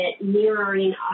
mirroring